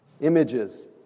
images